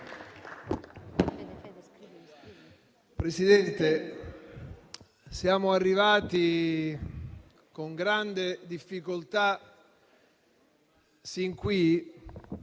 Presidente, siamo arrivati con grande difficoltà sin qui.